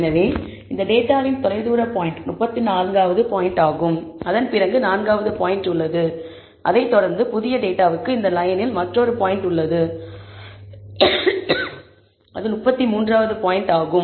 எனவே இந்த டேட்டாவின் தொலைதூர பாயிண்ட் 34 வது பாயிண்டாகும் அதன் பிறகு 4 வது பாயிண்ட் உள்ளது அதைத் தொடர்ந்து புதிய டேட்டாவுக்கு இந்த லயனில் மற்றொரு பாயிண்ட் உள்ளது அது 33 வது பாயிண்ட் ஆகும்